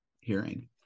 hearing